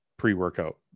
pre-workout